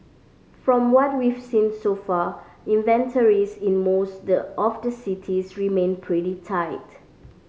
from what we've seen so far inventories in most the of the cities remain pretty tight